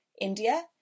India